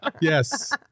Yes